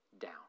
down